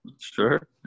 Sure